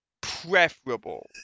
preferable